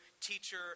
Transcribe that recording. teacher